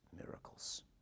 miracles